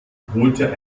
holte